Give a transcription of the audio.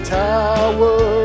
tower